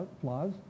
flaws